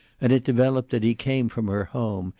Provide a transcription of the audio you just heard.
and it developed that he came from her home,